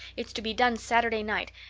it's to be done saturday night,